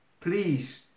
Please